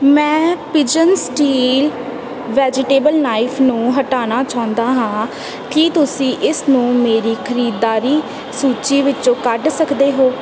ਮੈਂ Pigeon steel vegetable knife ਨੂੰ ਹਟਾਉਣਾ ਚਾਹੁੰਦਾ ਹਾਂ ਕੀ ਤੁਸੀਂ ਇਸ ਨੂੰ ਮੇਰੀ ਖਰੀਦਦਾਰੀ ਸੂਚੀ ਵਿੱਚੋਂ ਕੱਢ ਸਕਦੇ ਹੋ